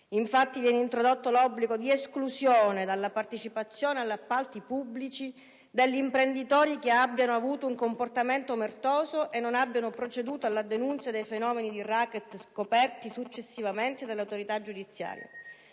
Infatti, viene introdotto l'obbligo di esclusione dalla partecipazione agli appalti pubblici degli imprenditori che abbiano avuto un comportamento omertoso e non abbiano proceduto alla denuncia dei fenomeni di racket scoperti successivamente dall'autorità giudiziaria.